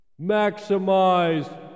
maximize